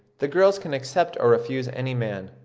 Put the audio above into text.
the girls can accept or refuse any man.